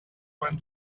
when